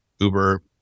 Uber